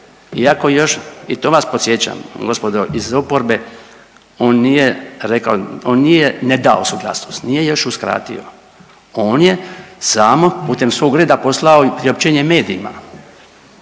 iako još, i to vas podsjećam, gospodo iz oporbe, on nije rekao, on nije ne dao suglasnost, nije je još uskratio, on je samo putem svog ureda poslao priopćenje medijima,